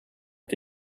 est